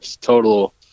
total